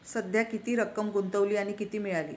सध्या किती रक्कम गुंतवली आणि किती मिळाली